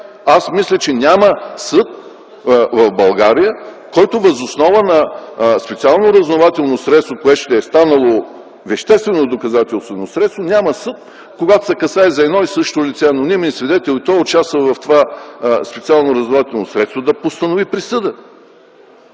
Аз мисля, че няма съд в България, който въз основа на специално разузнавателно средство, което ще е станало веществено доказателствено средство, когато се касае за едно и също лице, анонимен свидетел и той участва в това специално разузнавателно средство, да постанови присъда.